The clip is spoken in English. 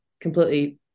completely